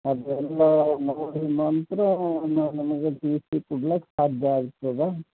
ಅದೆಲ್ಲ ನೋಡಿದ ನಂತರ ನಾನು ನಿಮಗೆ ಟಿ ಸಿ ಕೊಡ್ಲಕ್ಕ ಸಾಧ್ಯ ಆಗ್ತದೆ